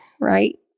right